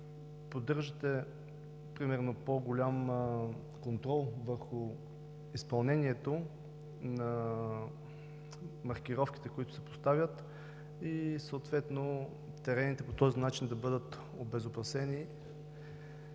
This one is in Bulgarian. примерно по-голям контрол върху изпълнението на маркировките, които се поставят, съответно терените по този начин да бъдат обезопасени.